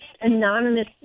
anonymous